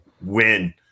win